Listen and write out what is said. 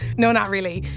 no not really.